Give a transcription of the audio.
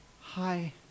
hi